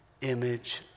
image